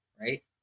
right